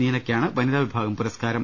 നീനയ്ക്കാണ് വനിതാവിഭാഗം പുരസ്കാരം